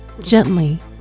gently